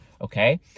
Okay